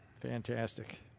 Fantastic